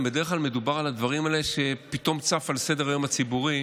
בדרך כלל מדובר על הדברים האלה כשפתאום צף על סדר-היום הציבורי